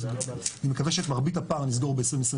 אני מקווה שאת מרבית הפער נסגור ב-2022